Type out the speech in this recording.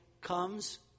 comes